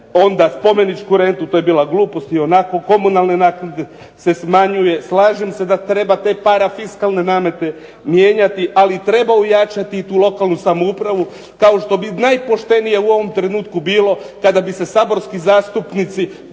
onda spomeničku rentu to je bila glupost i onako, komunalne naknade se smanjuje. Slažem se da treba te parafiskalne namete mijenjati, ali treba ojačati i tu lokalnu samoupravu, kao što bi najpoštenije u ovom trenutku bilo kada bi se saborski zastupnici